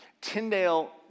Tyndale